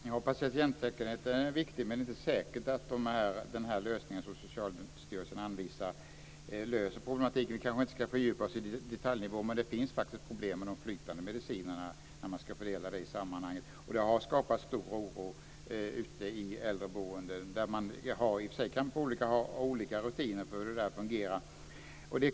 Fru talman! Ja, patientsäkerheten är viktig men det är inte säkert att det som Socialstyrelsen anvisar löser problematiken. Kanske ska vi inte fördjupa oss i detta på detaljnivå men det finns faktiskt problem med de flytande medicinerna och fördelningen av dem. Detta har skapat stor oro ute i äldreboenden där man i och för sig kan ha olika rutiner för hur det här fungerar.